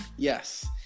yes